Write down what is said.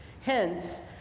Hence